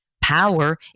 Power